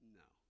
no